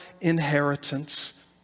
inheritance